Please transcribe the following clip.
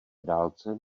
dálce